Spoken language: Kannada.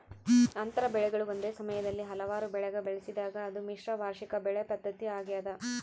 ಅಂತರ ಬೆಳೆಗಳು ಒಂದೇ ಸಮಯದಲ್ಲಿ ಹಲವಾರು ಬೆಳೆಗ ಬೆಳೆಸಿದಾಗ ಅದು ಮಿಶ್ರ ವಾರ್ಷಿಕ ಬೆಳೆ ಪದ್ಧತಿ ಆಗ್ಯದ